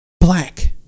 Black